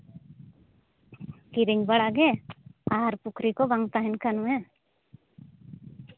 ᱠᱤᱨᱤᱧ ᱵᱟᱲᱟᱜᱮ ᱟᱨ ᱯᱩᱠᱷᱨᱤ ᱠᱚ ᱵᱟᱝ ᱛᱟᱦᱮᱱ ᱠᱷᱟᱱ ᱢᱮ